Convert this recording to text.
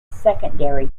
secondary